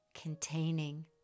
containing